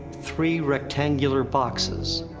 three rectangular boxes.